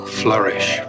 flourish